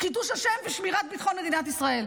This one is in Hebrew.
קידוש השם ושמירת ביטחון מדינת ישראל.